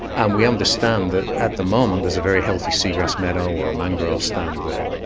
and we understand that at the moment there is a very healthy seagrass meadow or a mangrove stand there.